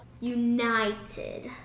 United